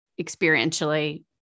experientially